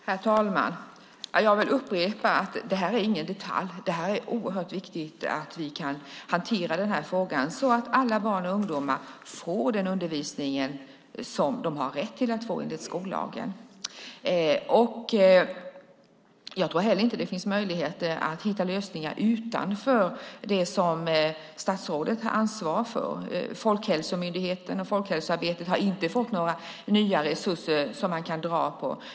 Herr talman! Jag vill upprepa att det här inte är någon detalj. Det är oerhört viktigt att vi kan hantera den här frågan så att alla barn och ungdomar får den undervisning som de har rätt till att få enligt skollagen. Jag tror heller inte att det finns möjligheter att hitta lösningar utanför det som statsrådet har ansvar för. Folkhälsomyndigheten och folkhälsoarbetet har inte fått några nya resurser som man kan använda.